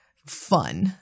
fun